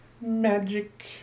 magic